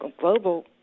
global